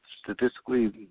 statistically